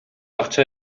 акча